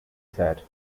said